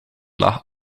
lag